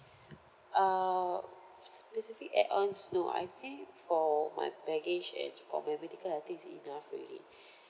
uh s~ specific add ons no I think for my baggage and for my medical I think it's enough already